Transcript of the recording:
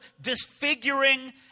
disfiguring